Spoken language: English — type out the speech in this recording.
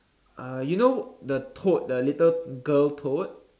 uh you know the toad the little girl toad